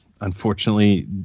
unfortunately